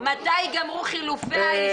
התשס"ג-2003,